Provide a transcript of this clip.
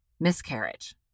Miscarriage